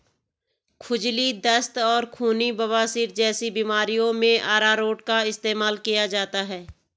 खुजली, दस्त और खूनी बवासीर जैसी बीमारियों में अरारोट का इस्तेमाल किया जाता है